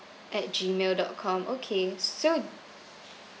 at gmail dot com okay so